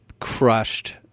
crushed